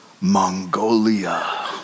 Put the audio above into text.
Mongolia